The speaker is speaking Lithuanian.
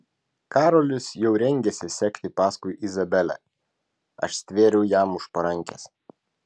karolis jau rengėsi sekti paskui izabelę aš stvėriau jam už parankės